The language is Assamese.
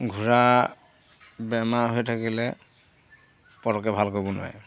ঘোঁৰা বেমাৰ হৈ থাকিলে পটককৈ ভাল কৰিব নোৱাৰে